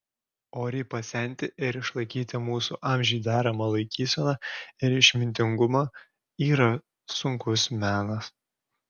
oriai pasenti ir išlaikyti mūsų amžiui deramą laikyseną ir išmintingumą yra sunkus menas